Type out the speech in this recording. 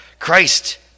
Christ